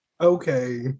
okay